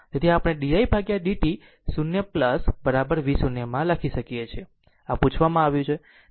તેથી આપણે di dt 0 v0 માં લખી શકીએ આ પૂછવામાં આવ્યું છે